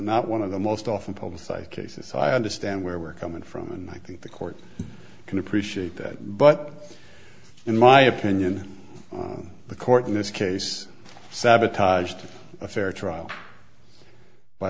one of the most often publicized cases so i understand where we're coming from and i think the court can appreciate that but in my opinion the court in this case sabotaged a fair trial by